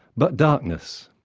but darkness.